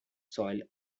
soil